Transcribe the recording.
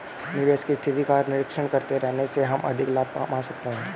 निवेश की स्थिति का निरीक्षण करते रहने से हम अधिक लाभ कमा सकते हैं